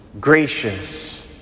gracious